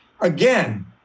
again